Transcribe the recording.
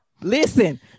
listen